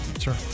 sure